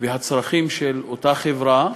והצרכים של אותה חברה,